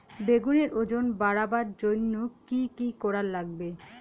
বেগুনের ওজন বাড়াবার জইন্যে কি কি করা লাগবে?